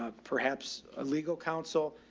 ah perhaps a legal counsel